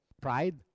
pride